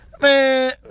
man